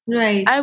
right